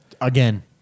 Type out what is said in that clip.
Again